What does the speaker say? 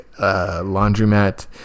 laundromat